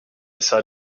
saw